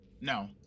No